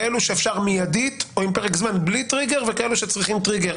כאלו שאפשר מידית או עם פרק זמן בלי טריגר וכאלו שצריכים טריגר,